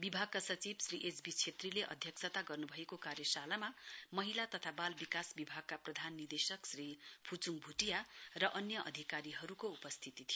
विभागका सचिव श्री एचबी छेत्रीले अध्यक्षता गर्नु भएको कार्यशालामा महिला तथा बाल विकास विभागका प्रधान निर्देशक श्री फुचुङ भुटिया र अन्य अधिकारीहरूको उपस्थिति थियो